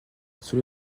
sous